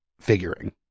figuring